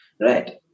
right